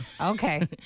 Okay